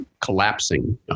collapsing